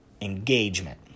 engagement